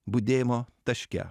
budėjimo taške